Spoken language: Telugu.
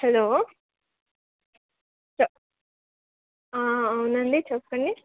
హలో చే అవునండి చెప్పండి